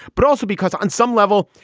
but also because on some level,